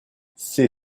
ses